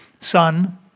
Son